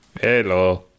Hello